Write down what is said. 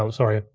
um sorry, ah